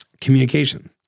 communication